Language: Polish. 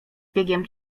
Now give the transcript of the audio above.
biegiem